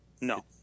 no